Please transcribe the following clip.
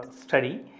study